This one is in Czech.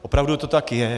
Opravdu to tak je.